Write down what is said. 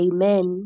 Amen